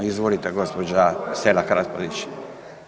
Izvolite gospođa Selak-Raspudić.